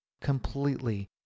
completely